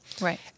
Right